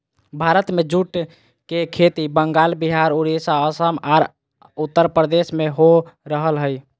भारत में जूट के खेती बंगाल, विहार, उड़ीसा, असम आर उत्तरप्रदेश में हो रहल हई